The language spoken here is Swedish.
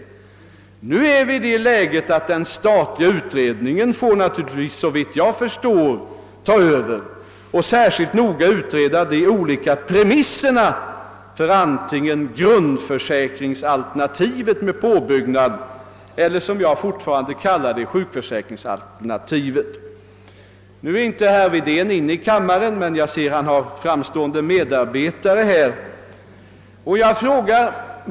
Nu är vi i det läget att den statliga utredningen får naturligtvis såvitt jag förstår ta över och särskilt noga utreda de olika premisserna för antingen grundförsäkringsalternativet med påbyggnad eller, som jag fortfarande kallar det, sjukförsäkringsalternativet.» Herr Wedén är inte inne i kammaren för närvarande, men jag ser att han har framstående medarbetare närvarande.